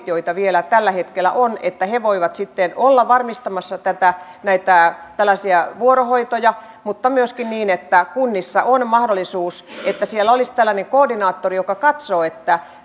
joita vielä tällä hetkellä on voivat sitten olla varmistamassa näitä tällaisia vuorohoitoja mutta on myöskin niin että kunnissa on mahdollisuus että niissä olisi tällainen koordinaattori joka katsoo että